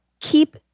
keep